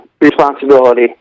responsibility